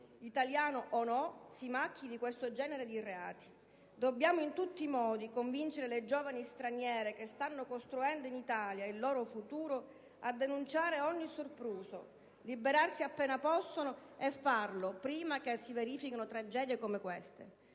italiano o no, si macchi di questo genere di reati. Dobbiamo in tutti i modi convincere le giovani straniere che stanno costruendo in Italia il loro futuro a denunciare ogni sopruso, liberarsi appena possono e farlo prima che si verifichino tragedie come queste.